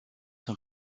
son